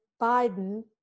Biden